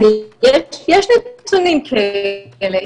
יש לנו נתונים כאלה.